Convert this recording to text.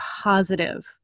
positive